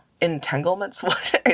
entanglements